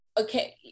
okay